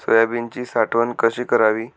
सोयाबीनची साठवण कशी करावी?